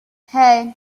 hey